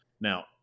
Now